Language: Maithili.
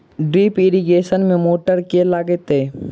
ड्रिप इरिगेशन मे मोटर केँ लागतै?